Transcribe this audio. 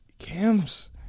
Cam's